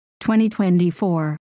2024